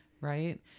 Right